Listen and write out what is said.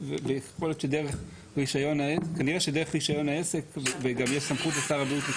כנראה שדרך רישיון העסק וגם יש לשר הבריאות סמכות